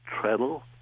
Treadle